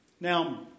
Now